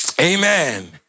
amen